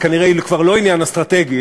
היא כנראה כבר לא עניין אסטרטגי,